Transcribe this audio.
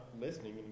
listening